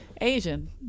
Asian